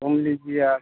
घूम लीजिए आप